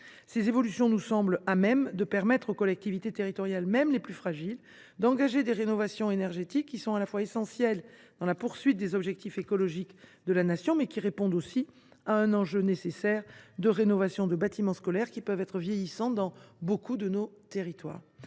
Ces évolutions nous semblent à même de permettre aux collectivités territoriales, y compris les plus fragiles, d’engager des rénovations énergétiques qui sont non seulement essentielles dans la poursuite des objectifs écologiques de la Nation, mais qui répondent aussi à un besoin urgent de rénovation de bâtiments scolaires, qui peuvent être vieillissants dans beaucoup de nos territoires.